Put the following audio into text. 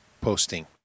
posting